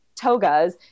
togas